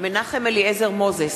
מנחם אליעזר מוזס,